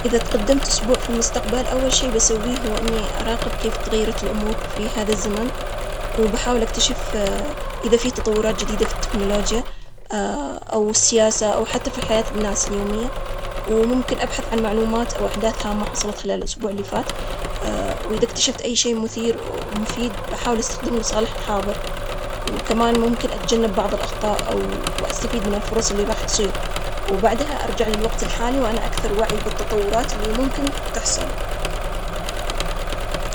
إذا تقدمت أسبوع في المستقبل، أول شيء بسويه هو إني أراقب كيف تغيرت الأمور في هذا الزمن، وبحاول أكتشف. إذا في تطورات جديدة في التكنولوجيا أو السياسة، أو حتى في حياة الناس اليومية، وممكن أبحث عن معلومات أو أحداث هامة حصلت خلال الأسبوع إللي فات، وإذا اكتشفت أي شيء مثير ومفيد بحاول استخدمه لصالح الحاضر، وكمان ممكن أتجنب بعض الأخطاء أو وأستفيد من الفرص إللي راح تصير. وبعدها أرجع للوقت الحالي، وأنا أكثر وعي بالتطورات إللي ممكن تحصل.